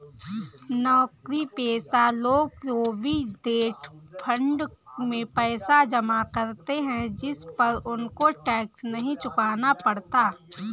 नौकरीपेशा लोग provident fund में पैसा जमा करते है जिस पर उनको टैक्स नहीं चुकाना पड़ता